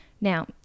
now